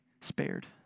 spared